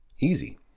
easy